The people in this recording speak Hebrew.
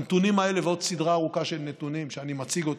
הנתונים האלה ועוד סדרה ארוכים של נתונים שאני מציג,